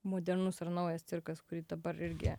modernus ar naujas cirkas kurį dabar irgi